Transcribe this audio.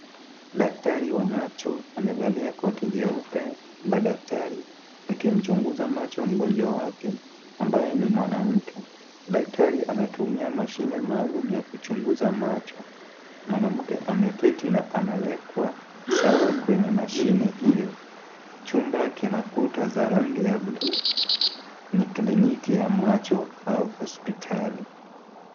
Daktari wa macho amevalia koti jeupe la daktari akimchunguza macho mgonjwa wake ambaye ni mwanamke. Daktari anatumia mashine maalum ya kuchunguza macho. Mwanamke ameketi na amewekwa sawa kwenye mashine hiyo. Chumba kina kuta za rangi ya bluu, ni kliniki ya macho au hospitali.